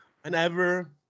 whenever